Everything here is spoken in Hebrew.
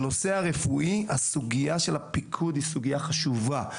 בנושא הרפואי הסוגיה של הפיקוד היא סוגיה חשובה.